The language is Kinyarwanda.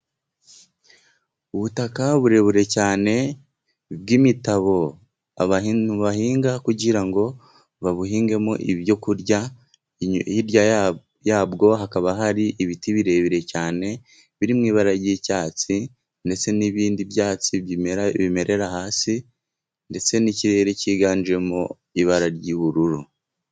Ubutaka burebure cyane, bw'imitabo bahinga kugira ngo babuhingemo ibyokurya, hirya yabwo hakaba hari ibiti birebire cyane biri mu ibara ry'icyatsi ndetse n'ibindi byatsi bimerera hasi ndetse n'ikirere cyiganjemo ibara ry'ubururu.